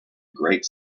great